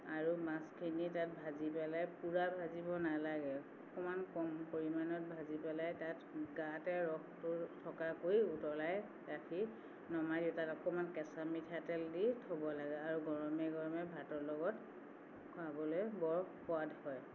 আৰু মাছখিনি তাত ভাজি পেলাই পুৰা ভাজিব নালাগে অকণমান কম পৰিমাণত ভাজি পেলাই তাত গাতে ৰসটো থকাকৈ উতলাই ৰাখি নমাই দি তাত অকণমান কেঁচা মিঠাতেল দি থ'ব লাগে আৰু গৰমে গৰমে ভাতৰ লগত খাবলৈ বৰ সোৱাদ হয়